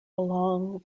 along